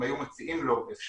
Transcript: אם היו מציעים לו אפשרות